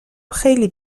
خیلی